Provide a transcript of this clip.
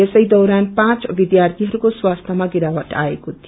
यसै दौरान पाँच विध्यरार्थीहरूको स्वास्थ्यमा भिरावट आएको थियो